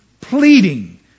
pleading